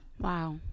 Wow